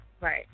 Right